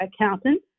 accountant